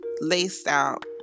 laced-out